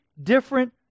different